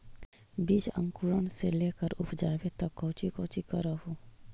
बीज अंकुरण से लेकर उपजाबे तक कौची कौची कर हो?